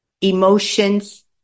emotions